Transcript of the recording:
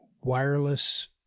wireless